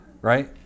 Right